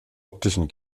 optischen